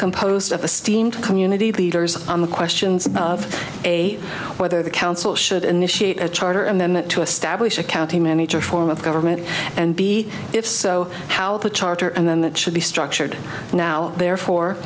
composed of the steamed community leaders on the questions of a whether the council should initiate a charter and then to establish a county manager form of government and b if so how the charter and then that should be structured now therefore